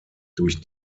durch